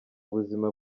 buzima